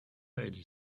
lady